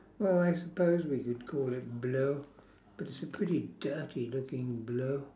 well I suppose we could call it blue but it's a pretty dirty looking blue